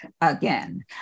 again